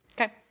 Okay